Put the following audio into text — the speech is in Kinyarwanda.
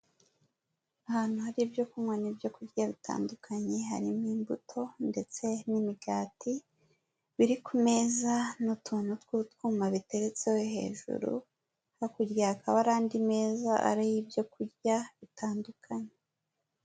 Ahantu hari ibyo kunywa n'ibyo kurya bitandukanye harimo imbuto ndetse n'imigati, biri ku meza n'utunu tw'utwuma biteretseho hejuru, hakurya hakaba hari andi meza ariho ibyo kurya bitandukanye.